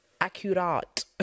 accurate